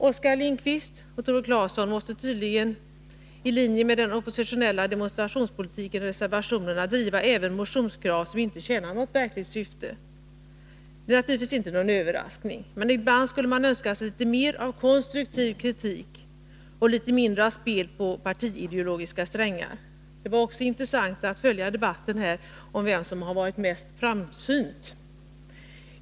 Oskar Lindkvist och Tore Claeson måste tydligen, i linje med den oppositionella demonstrationspolitiken, i reservationerna driva även motionskrav som inte tjänar något verkligt syfte. Det är naturligtvis inte någon överraskning. Men ibland skulle man önska sig litet mera av konstruktiv kritik och litet mindre av spel på partiideologiska strängar. Jag vill i det sammanhanget säga att det var intressant att följa den tidigare debatten om vem som har varit mest framsynt.